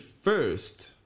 first